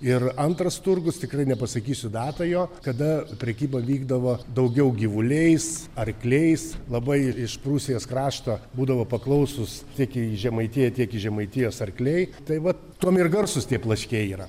ir antras turgus tikrai nepasakysiu datą jo kada prekyba vykdavo daugiau gyvuliais arkliais labai ir iš prūsijos krašto būdavo paklausūs tiek į žemaitiją tiek iš žemaitijos arkliai tai vat tuom ir garsūs tie plaškiai yra